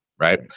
Right